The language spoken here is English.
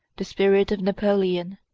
the spirit of napoleon,